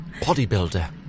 Bodybuilder